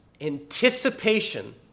anticipation